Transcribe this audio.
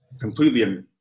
Completely